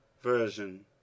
Version